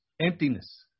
emptiness